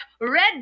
red